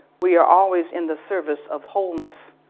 we are always in the service of wholeness.